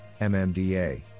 MMDA